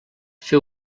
fer